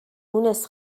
مونس